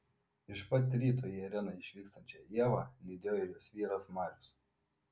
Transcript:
iš pat ryto į areną išvykstančią ievą lydėjo ir jos vyras marius